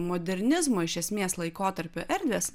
modernizmo iš esmės laikotarpio erdvės